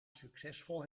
succesvol